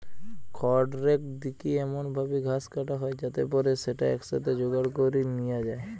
খড়রেক দিকি এমন ভাবি ঘাস কাটা হয় যাতে পরে স্যাটা একসাথে জোগাড় করি নিয়া যায়